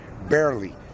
barely